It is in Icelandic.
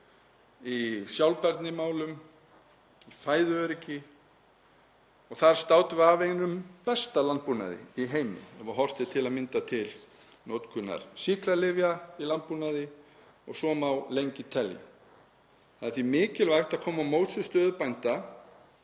í sjálfbærnimálum, fæðuöryggi og þar státum við af einum besta landbúnaði í heimi ef horft er til að mynda til notkunar sýklalyfja í landbúnaði og svo má lengi telja. Það er því mikilvægt að koma á móts við stöðu bænda